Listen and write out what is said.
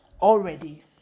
already